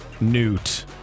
Newt